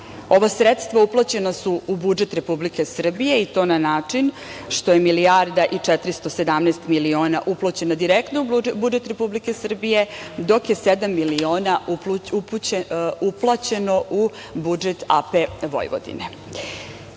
Ova sredstva uplaćena su u budžet Republike Srbije i to na način što je milijarda i 417 miliona uplaćeno direktno u budžet Republike Srbije, dok je sedam miliona uplaćeno u budžet AP Vojvodine. Evo,